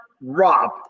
Rob